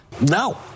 No